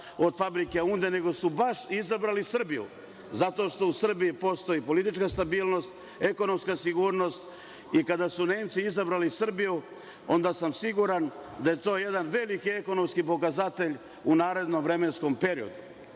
od fabrike „Aunde“ nego su baš izabrali Srbiju? Zato što u Srbiji postoji politička stabilnost, ekonomska sigurnost. Kada su Nemci izabrali Srbiju, onda sam siguran da je to jedan veliki ekonomski pokazatelj u narednom vremenskom periodu. Mi